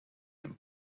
him